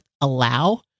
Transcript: allow